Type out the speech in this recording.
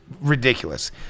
Ridiculous